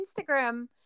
Instagram